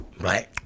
right